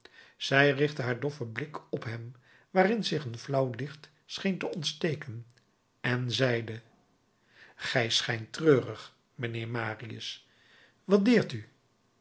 zij richtte haar doffen blik op hem waarin zich een flauw licht scheen te ontsteken en zeide gij schijnt treurig mijnheer marius wat deert u